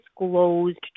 disclosed